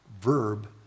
verb